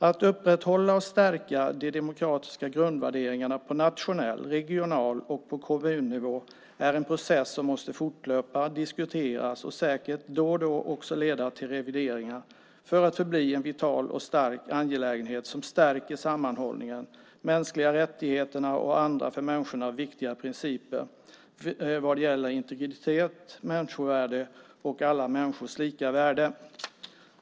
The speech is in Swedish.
Att upprätthålla och stärka de demokratiska grundvärderingarna på nationell och regional nivå och på kommunnivå är en process som måste fortlöpa, diskuteras och säkert då och då också leda till revideringar för att det ska förbli en vital och stark angelägenhet som stärker sammanhållningen, de mänskliga rättigheterna och andra för människorna viktiga principer vad gäller integritet, människovärde och alla människors lika värde.